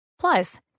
Plus